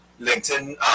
LinkedIn